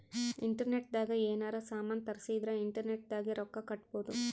internet ದಾಗ ಯೆನಾರ ಸಾಮನ್ ತರ್ಸಿದರ ಇಂಟರ್ನೆಟ್ ದಾಗೆ ರೊಕ್ಕ ಕಟ್ಬೋದು